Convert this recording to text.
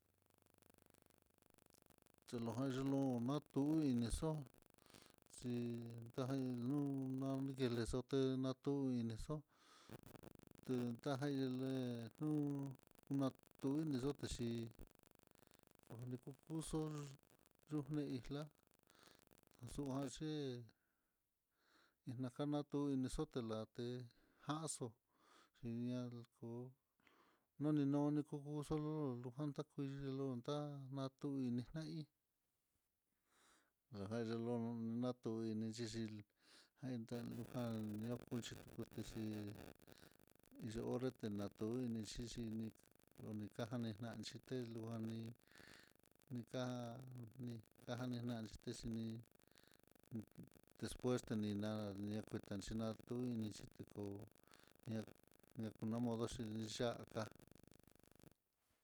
Xhilojan ninu natuu, uinixo xhin ta'í luna nikelexoté natuinexo té tajan híle ju, natu inixote xhí, koni ku kuxo'o yuxni ixla'a axuanx inakanatu inixoté la'a té janxo xhiná kuu, nono kukuxo luu lujanta kuililuta kuina na nji lajan niyon natuini xhixi jan titalujal nikon xhikutexhi, yo'o onrete natu ini xhixini lonikan nikan xhité teluan'ni ninga ngani nanc xni, despues tinina ñakuxhinatuin inxhiteko ña konamodo xhiyaka.